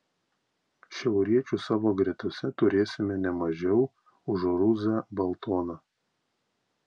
šiauriečių savo gretose turėsime ne mažiau už ruzą boltoną